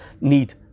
need